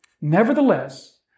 Nevertheless